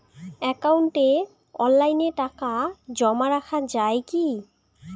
একাউন্টে অনলাইনে টাকা জমা রাখা য়ায় কি?